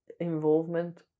Involvement